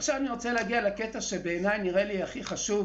עכשיו אני רוצה להגיע לקטע שבעיניי הוא הכי חשוב.